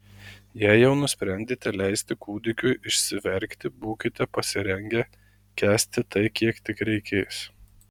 jei jau nusprendėte leisti kūdikiui išsiverkti būkite pasirengę kęsti tai kiek tik reikės